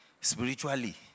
spiritually